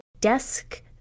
desk